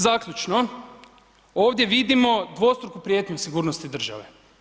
Zaključno, ovdje vidimo dvostruku prijetnju sigurnosti države.